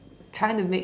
trying to make